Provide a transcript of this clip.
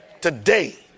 Today